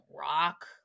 rock